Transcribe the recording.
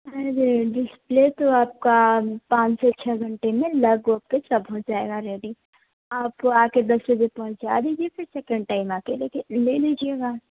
हाँ डिस्प्ले तो आपका पाँच से छह घंटे में लग उग के सब हो जाएगा रेडी आप आके दस बजे पहुँचा दीजिए फिर सेकंड टाइम आके लेके ले लीजिएगा